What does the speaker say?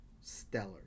stellar